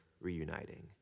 reuniting